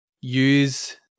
use